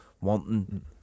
wanting